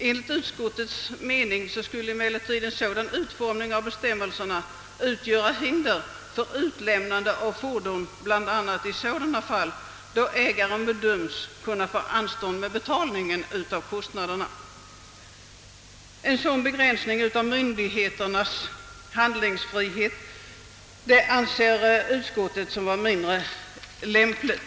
Enligt utskottets mening skulle emellertid en sådan utformning av bestämmelserna utgöra hinder för utlämnande av fordon bl.a. i sådana fall då ägaren bedöms kunna få anstånd med betalning av kostnaderna. En sådan begränsning av myndigheternas handlingsfrihet anser utskottet mindre lämplig.